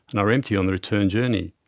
and are empty on the return journey.